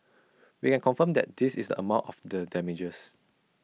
we can confirm that this is the amount of the damages